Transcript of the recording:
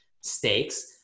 stakes